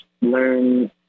learn